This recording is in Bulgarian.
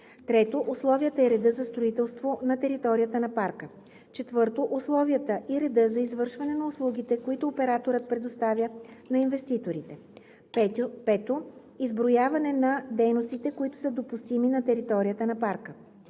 3. условията и реда за строителство на територията на парка; 4. условията и реда за извършване на услугите, които операторът предоставя на инвеститорите; 5. изброяване на дейностите, които са допустими на територията на парка;